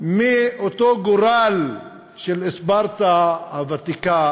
מאותו גורל של ספרטה הוותיקה